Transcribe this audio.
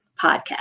podcast